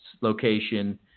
location